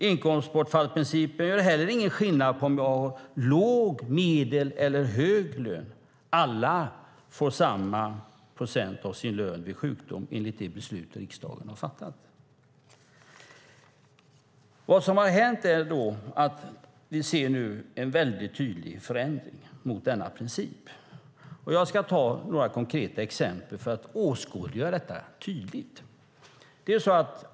Inkomstbortfallsprincipen gör heller ingen skillnad på om du har låg, medel eller hög lön. Alla får samma procent av sin lön vid sjukdom enligt det beslut riksdagen fattat. Det som nu hänt är att vi ser en tydlig förändring av denna princip. Jag ska ge några konkreta exempel för att tydligt åskådliggöra detta.